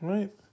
Right